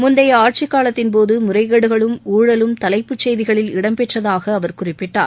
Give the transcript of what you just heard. முந்தைய ஆட்சிக் காலத்தின் போது முறைகேடுகளும் ஊழலும் தலைப்புச் செய்திகளில் இடம்பெற்றதாக அவர் குறிப்பிட்டார்